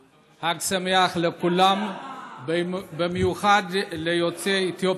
אבל למה שלחו אותך, זה מה ששאלתי.